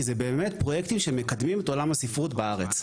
כי זה באמת פרויקטים שמקדמים את עולם הספרות בארץ.